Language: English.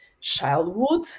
childhood